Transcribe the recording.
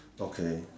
okay